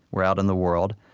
we're out in the world.